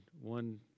one